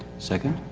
second?